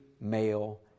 male